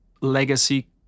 legacy